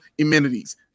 amenities